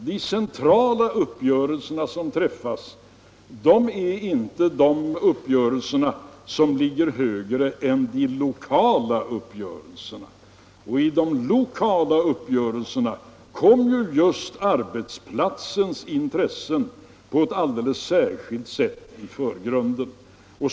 De centrala uppgörelser som träffas ligger inte högre än de lokala. I de lokala uppgörelserna kommer just arbetsplatsens intressen på ett alldeles särskilt sätt i förgrunden.